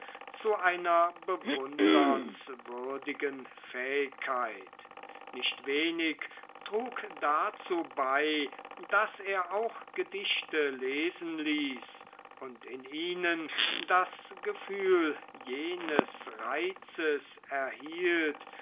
zu einer bewundernswürdigen fähigkeit nicht wenig trug dazu bei daß er auch gedichte lesen ließ und in ihnen das gefühl jenes reizes erhielt